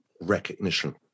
recognition